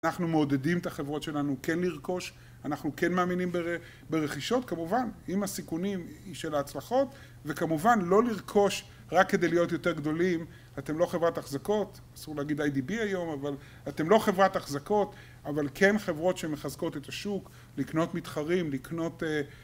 אנחנו מעודדים את החברות שלנו כן לרכוש, אנחנו כן מאמינים ברכישות כמובן אם הסיכונים היא של ההצלחות וכמובן לא לרכוש רק כדי להיות יותר גדולים אתם לא חברת אחזקות, אסור להגיד IDB היום אתם לא חברת אחזקות, אבל כן חברות שמחזקות את השוק לקנות מתחרים, לקנות